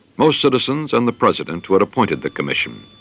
most citizens, and the president who had appointed the commission,